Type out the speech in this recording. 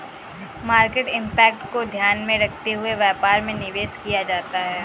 market impact को ध्यान में रखते हुए व्यापार में निवेश किया जाता है